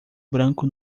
branco